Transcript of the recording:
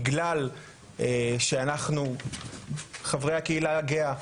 בגלל שאנחנו חברי הקהילה הגאה,